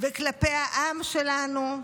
וכלפי העם שלנו.